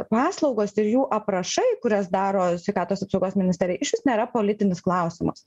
paslaugos ir jų aprašai kurias daro sveikatos apsaugos ministerija išvis nėra politinis klausimas